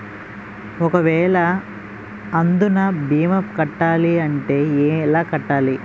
ఒక వేల అందునా భీమా కట్టాలి అంటే ఎలా కట్టాలి?